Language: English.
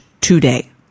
today